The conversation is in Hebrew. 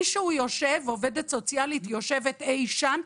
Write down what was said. עובדת סוציאלית יושבת אי שם,